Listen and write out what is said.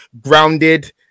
grounded